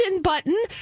button